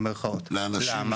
למה?